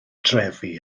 drefi